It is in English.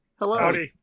Hello